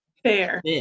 Fair